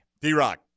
D-Rock